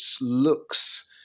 looks